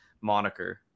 moniker